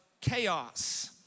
chaos